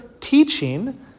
teaching